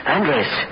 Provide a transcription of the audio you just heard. Andres